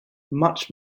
much